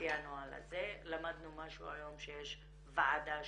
לפי הנוהל הזה, למדנו היום שיש ועדה שונה,